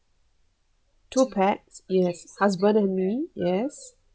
two pax yes husband and me yes